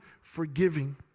forgiving